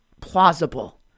plausible